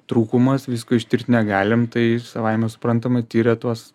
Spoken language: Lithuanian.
trūkumas visko ištirt negalim tai savaime suprantama tiria tuos